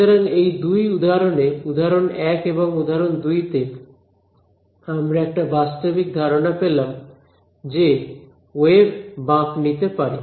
সুতরাং এই 2 উদাহরণে উদাহরণ 1 এবং উদাহরণ 2 তে আমরা একটা বাস্তবিক ধারণা পেলাম যে ওয়েভ বাঁক নিতে পারে